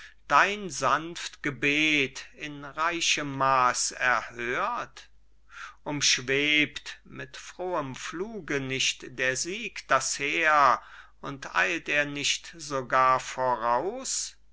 dein sanft gebet in reichem maß erhört umschwebt mit frohem fluge nicht der sieg das heer und eilt er nicht sogar voraus